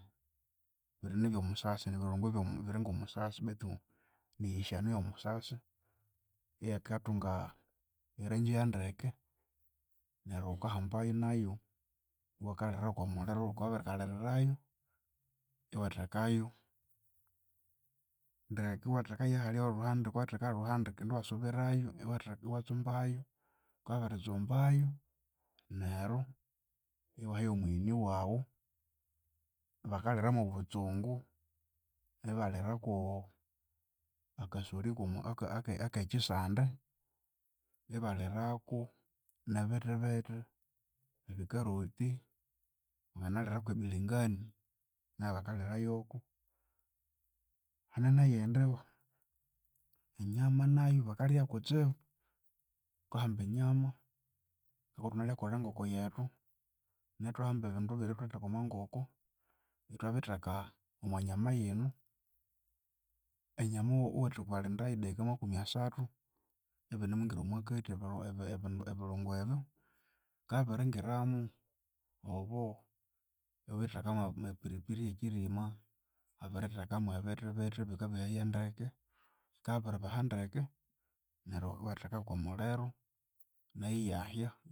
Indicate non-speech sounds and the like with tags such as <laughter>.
Biri nibyomusasi nibirungu byomu biringomusasi betu niyishanu yo musasi eyikathunga erangyi ya ndeke. Neryu wukambayo nayu, iwakalhira yokwamulhiro wukabya wabikalhira yo kwamulhiro, wukabya wabiri kalhirirayu, iwathekayu ndeke iwathekayu halya lhuhandi, wukabya wabitheka ya lhuhandi kandi iwasubirayu iwateka iwatsumbayu, wukabya wabiritsumayu, neryu iwaha yomugheni wawu. Bakalira mwo butsungu, ibalhirako akasolhi <hesitation> ake- akekyisande, ibalhiraku nebithi bithi, ebicarrot, wanginaliraku e bilinganyi, nayu bakalhira yoko. Hane neyindi enyama nayu bakalya yakutsibu. Wukahamba enyama, ngokothunalyakolha enkoko yethu, neryu ithwahamba ebindu birya ithwabitheka omonkoko, ithwabitheka omonyama yinu, enyama iwatsuka bwalindayu dakika nga makumi asathu ibinemwingira omwakathi <hesitation> ebi- ebirungu ebyu. Bikabya byabiringiramu, obo iwathekamu epiripiri eyekyirima, wabirithekamu ebithi bithi ebikabehaya ndeke, yikabya yabiribeha ndeke, neryu iwathekayo okwamulhiro neryu iyahya.